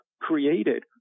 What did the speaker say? created